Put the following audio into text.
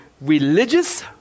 religious